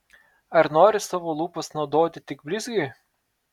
ar nori savo lūpas naudoti tik blizgiui